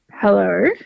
Hello